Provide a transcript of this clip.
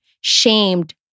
shamed